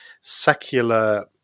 secular